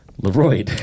Leroy